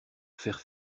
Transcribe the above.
faire